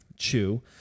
chew